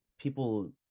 people